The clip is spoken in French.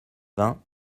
vingts